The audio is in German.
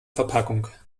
verpackung